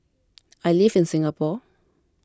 I live in Singapore